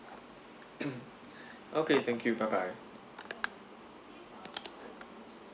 okay thank you bye bye